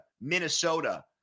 Minnesota